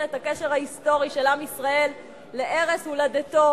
את הקשר ההיסטורי של עם ישראל לערש הולדתו,